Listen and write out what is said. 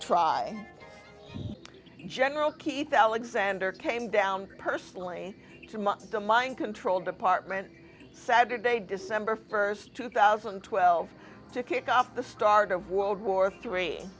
try general keith alexander came down purslane the mind control department saturday december first two thousand and twelve to kick off the start of world war three